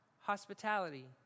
hospitality